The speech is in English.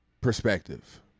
Perspective